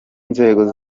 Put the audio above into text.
nzego